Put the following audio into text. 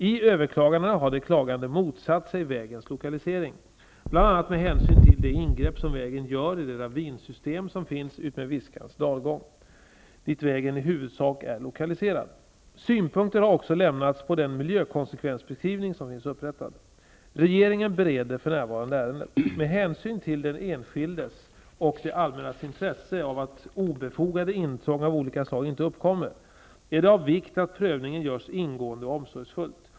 I överklagandena har de klagande motsatt sig vägens lokalisering, bl.a. med hänsyn till de ingrepp som vägen gör i det ravinsystem som finns utmed Viskans dalgång, dit vägen i huvudsak är lokaliserad. Synpunkter har också lämnats på den miljökonsekvensbeskrivning som finns upprättad. Regeringen bereder för närvarande ärendet. Med hänsyn till den enskildes och det allmännas intresse av att obefogade intrång av olika slag inte uppkommer, är det av vikt att prövningen görs ingående och omsorgsfullt.